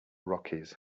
rockies